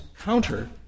counter